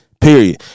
period